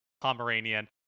Pomeranian